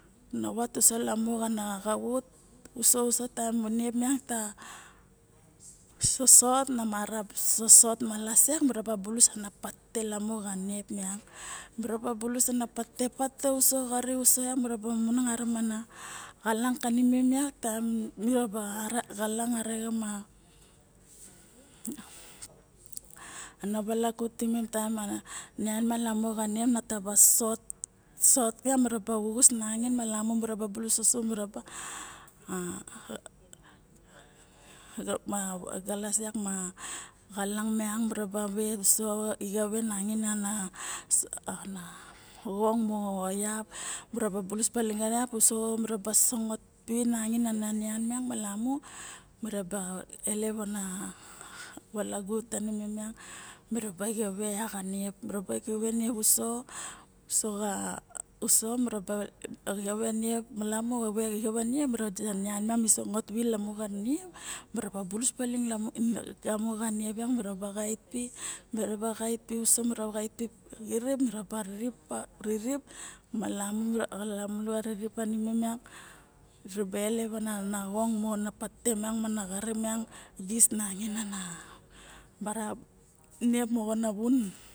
Na vat uso lamo xa xavut uso usa xa taem a nep miang sosot namara sosot malas yak miraba bulus ana patete lamo xa nep miang miraba bulus ana patete lamo xa nep miang ma patete uso ma xary uso arixen man ngalang kinimem vak taem miraba arixen mana xalang yak na valagu timem taem ana nian malamo xa niep taba sot miraba vuvus nangain malamu miraba bulus osu a ma xalas yak miang ma xalang miang ver uso ixave mana xong moxo yap miraba bulus uso miraba sangot pi na nian miang malamu miraba elep ana valagu tanimem ma miraba ixive niep mira vade nian mi sangot vi xa niep miraba bulus baling lagamo xa niep miraba xait pu miraba xait pi uso miraba xait pi xirip kirip merebe elep ana xong mangaina a niep moxo na vun.